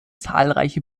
zahlreiche